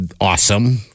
awesome